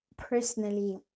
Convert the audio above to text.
personally